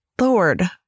Lord